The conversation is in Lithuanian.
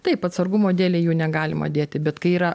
taip atsargumo dėlei jų negalima dėti bet kai yra